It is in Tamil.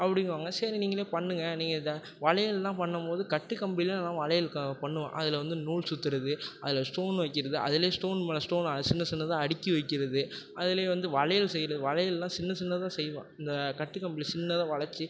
அப்படிங்குவாங்க சரி நீங்களே பண்ணுங்கள் நீங்கள் இதை வளையல்லாம் பண்ணும் போது கட்டு கம்பியில நானாகலாம் வளையல் பண்ணுவேன் அதில் வந்து நூல் சுற்றுறது அதில் ஸ்டோன் வைக்கிறது அதுல ஸ்டோன் மேலே ஸ்டோன்னா சின்ன சின்னதாக அடிக்கி வைக்கிறது அதுலையே வந்து வளையல் செய்யறது வளையல்லாம் சின்ன சின்னதாக செய்வோம் இந்த கட்டு கம்பியில சின்னதாக வளைச்சு